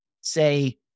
say